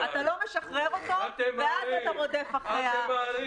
אתה לא משחרר אותו ואז אתה רודף אחרי הכוח שהיה לך.